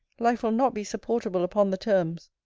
life will not be supportable upon the terms.